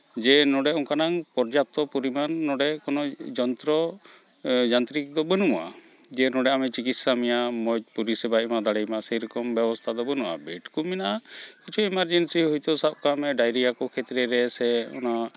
ᱡᱮ ᱱᱚᱸᱰᱮ ᱚᱝᱠᱟᱱᱟᱝ ᱯᱚᱨᱡᱟᱯᱛᱚ ᱯᱚᱨᱤᱢᱟᱱ ᱱᱚᱸᱰᱮ ᱠᱳᱱᱳ ᱡᱚᱱᱛᱨᱚ ᱡᱟᱱᱛᱨᱤᱠ ᱫᱚ ᱵᱟᱹᱱᱩᱜᱼᱟ ᱡᱮ ᱱᱚᱸᱰᱮ ᱟᱢᱮᱭ ᱪᱤᱠᱤᱥᱥᱟ ᱢᱮᱭᱟ ᱢᱚᱡᱽ ᱯᱚᱨᱤᱥᱮᱵᱟᱭ ᱮᱢᱟ ᱫᱟᱲᱮᱣᱟᱢᱟ ᱥᱮᱭᱨᱚᱠᱚᱢ ᱵᱮᱵᱚᱥᱛᱷᱟ ᱫᱚ ᱵᱟᱹᱱᱩᱜᱼᱟ ᱪᱮᱫ ᱠᱚ ᱢᱮᱱᱟᱜᱼᱟ ᱠᱤᱪᱷᱩ ᱮᱢᱟᱨᱡᱮᱱᱥᱤ ᱦᱳᱭᱛᱳ ᱥᱟᱵ ᱠᱟᱜ ᱢᱮ ᱰᱟᱭᱨᱤᱭᱟ ᱠᱚ ᱠᱷᱮᱛᱨᱮ ᱨᱮ ᱥᱮ ᱚᱱᱟ